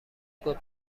گفت